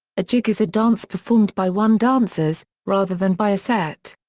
a jig is a dance performed by one dancers, rather than by a set.